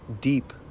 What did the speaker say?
deep